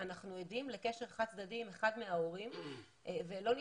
אנחנו עדים לקשר חד צדדי עם אחד מההורים ולא ניתוק.